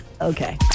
Okay